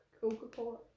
Coca-Cola